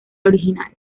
original